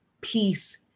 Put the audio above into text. peace